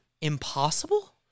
Impossible